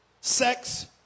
Sex